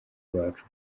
bacu